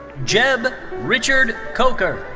jeb richard coker.